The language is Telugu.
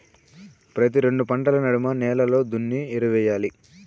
ప్రతి రెండు పంటల నడమ నేలలు దున్ని ఎరువెయ్యాలి